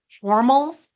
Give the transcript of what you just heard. formal